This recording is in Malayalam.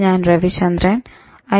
ഞാൻ രവിചന്ദ്രൻ ഐ